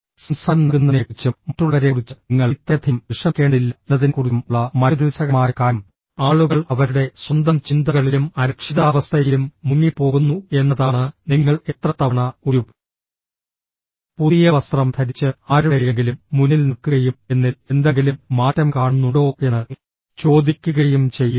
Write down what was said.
സംസാരം നൽകുന്നതിനെക്കുറിച്ചും മറ്റുള്ളവരെക്കുറിച്ച് നിങ്ങൾ ഇത്രയധികം വിഷമിക്കേണ്ടതില്ല എന്നതിനെക്കുറിച്ചും ഉള്ള മറ്റൊരു രസകരമായ കാര്യം ആളുകൾ അവരുടെ സ്വന്തം ചിന്തകളിലും അരക്ഷിതാവസ്ഥയിലും മുങ്ങിപ്പോകുന്നു എന്നതാണ് നിങ്ങൾ എത്ര തവണ ഒരു പുതിയ വസ്ത്രം ധരിച്ച് ആരുടെയെങ്കിലും മുന്നിൽ നിൽക്കുകയും എന്നിൽ എന്തെങ്കിലും മാറ്റം കാണുന്നുണ്ടോ എന്ന് ചോദിക്കുകയും ചെയ്യുന്നു